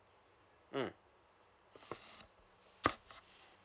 mm